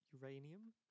uranium